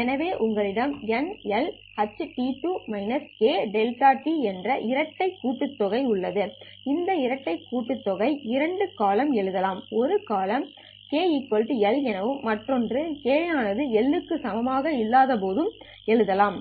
எனவே உங்களிடம் NL ht2 k δt என்ற இரட்டை கூட்டுத்தொகை உள்ளது இந்த இரட்டை கூட்டுத்தொகை இரண்டு கால எழுதலாம் ஒரு கால k L எனவும் மற்றொன்று கால k ஆனது L க்கு சமமாக இல்லாதபோதும் எழுதலாம்